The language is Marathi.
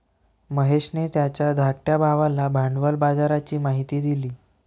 महेशने त्याच्या धाकट्या भावाला भांडवल बाजाराची माहिती दिली